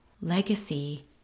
Legacy